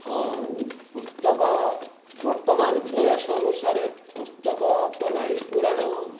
ହଁ ପୁସ୍ତକ ବର୍ତମାନ ବୟସ ଅନୁସାରେ ପୁସ୍ତକ ତ ନାହିଁ ପୁରାଣ